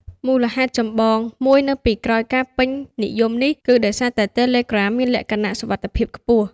មូលហេតុចម្បងមួយនៅពីក្រោយការពេញនិយមនេះ គឺដោយសារតែ Telegram មានលក្ខណៈ សុវត្ថិភាពខ្ពស់។